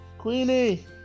Queenie